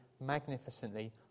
magnificently